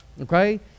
okay